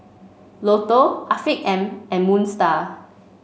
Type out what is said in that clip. Lotto Afiq M and Moon Star